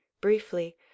Briefly